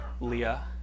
Leah